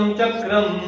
Chakram